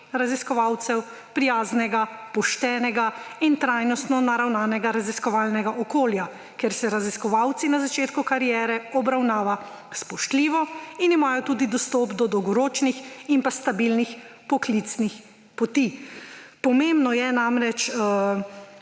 raziskovalcev prijaznega, poštenega in trajnostno naravnanega raziskovalnega okolja, kjer se raziskovalce na začetku kariere obravnava spoštljivo in imajo tudi dostop do dolgoročnih in stabilnih poklicnih poti.« Pomembno je namreč